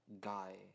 guy